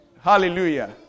Hallelujah